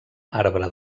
arbre